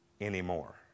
anymore